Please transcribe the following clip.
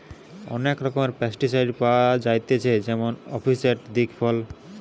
অনেক রকমের পেস্টিসাইড পাওয়া যায়তিছে যেমন আসিফেট, দিকফল ইত্যাদি